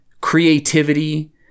creativity